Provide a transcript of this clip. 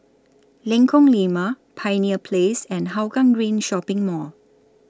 Lengkong Lima Pioneer Place and Hougang Green Shopping Mall